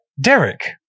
Derek